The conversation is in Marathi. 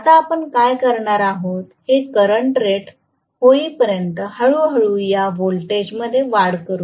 आता आपण काय करणार आहोत हे करंट रेट होईपर्यंत हळूहळू या व्होल्टेजमध्ये वाढ करू